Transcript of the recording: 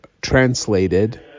translated